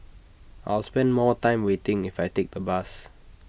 I'll spend more time waiting if I take the bus